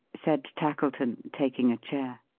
said tackleton, taking a chair.